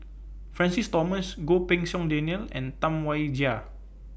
Francis Thomas Goh Pei Siong Daniel and Tam Wai Jia